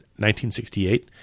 1968